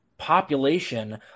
population